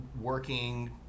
working